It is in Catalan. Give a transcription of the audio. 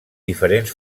diferents